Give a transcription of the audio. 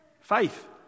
Faith